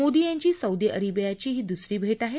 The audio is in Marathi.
मोदी यांची सौदी अरेबियाची ही दुसरी भेट आहे